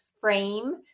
frame